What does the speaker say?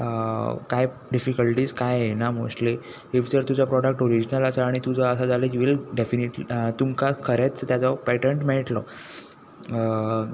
कांय डिफिकल्टीस कांय येयना मोस्ट्ली इफ जर तुजो प्रोडक्ट ऑरिजनल आसा आनी तुजो आसा जाल्यार यू व्हील डेफिनेटली तुमकां खरेंच ताजो पेटंट मेळयटलो